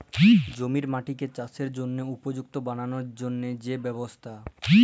জমির মাটিকে চাসের জনহে উপযুক্ত বানালর জন্হে যে ব্যবস্থা